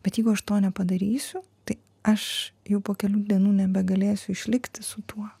bet jeigu aš to nepadarysiu tai aš jau po kelių dienų nebegalėsiu išlikti su tuo